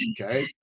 okay